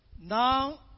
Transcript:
Now